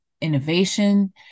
innovation